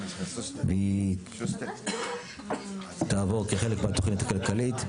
היא תעבור כחלק מהתוכנית הכלכלית.